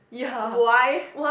why